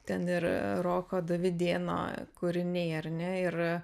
ten ir roko dovydėno kūriniai ar ne ir